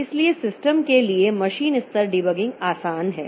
इसलिए सिस्टम के लिए मशीन स्तर डिबगिंग आसान है